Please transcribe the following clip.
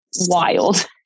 wild